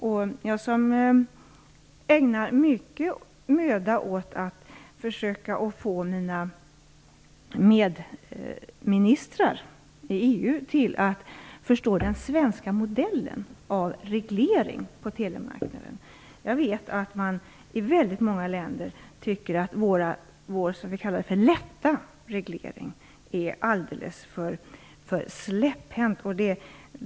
Jag ägnar mycken möda åt att försöka få mina medministrar i EU att förstå den svenska modellen för reglering på telemarknaden. I väldigt många länder tycker man att vår, som vi kallar det, lätta reglering är alldeles för släpphänt.